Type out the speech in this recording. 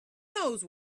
knows